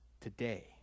today